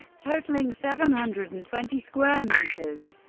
totaling seven hundred and twenty square meters.